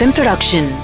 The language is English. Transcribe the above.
Production